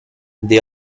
they